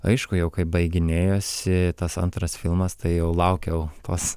aišku jau kai baiginėjosi tas antras filmas tai jau laukiau tos